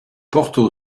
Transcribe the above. porto